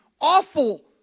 awful